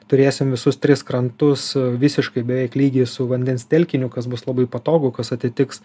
turėsim visus tris krantus visiškai beveik lygiai su vandens telkiniu kas bus labai patogu kas atitiks